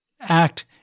act